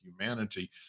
humanity